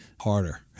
harder